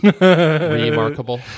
Remarkable